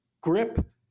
grip